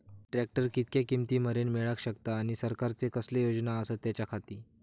Tractor कितक्या किमती मरेन मेळाक शकता आनी सरकारचे कसले योजना आसत त्याच्याखाती?